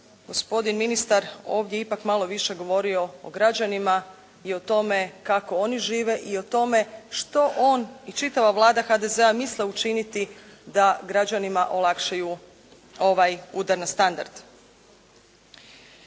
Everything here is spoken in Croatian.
gospodin ministar ovdje ipak malo više govorio o građanima i o tome kako oni žive i o tome što on i čitava Vlada HDZ-a misle učiniti da građanima olakšaju ovaj udar na standard.